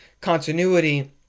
continuity